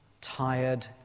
tired